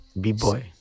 B-boy